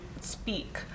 speak